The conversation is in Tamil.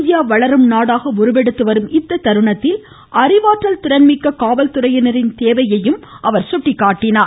இந்தியா வளரும் நாடாக உருவெடுத்துவரும் இத்தருணத்தில் அறிவாற்றல் திறன்மிக்க காவல்துறையினரின் தேவையையும் அவர் சுட்டிக்காட்டினார்